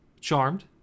Charmed